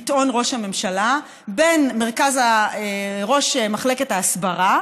ביטאון ראש הממשלה, בין מרכז, ראש מחלקת ההסברה